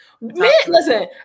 listen